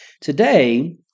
Today